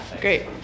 Great